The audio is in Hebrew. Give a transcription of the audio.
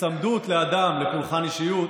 היצמדות לאדם בפולחן אישיות,